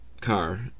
car